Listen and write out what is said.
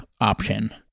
option